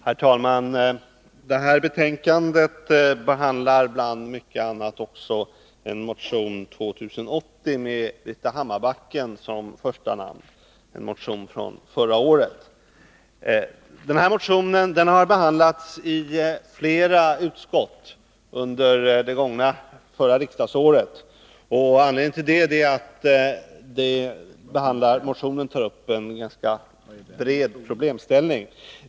Herr talman! Det här betänkandet behandlar bland mycket annat motion 2080 med Britta Hammarbacken som första namn. Det är en motion från förra året. Motionen har behandlats i flera utskott under det gångna riksdagsåret. Anledningen till det är att motionen tar upp en ganska bred problemställning.